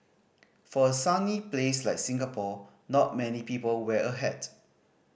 for a sunny place like Singapore not many people wear a hat